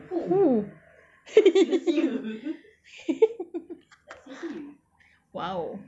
!fuh! !wow!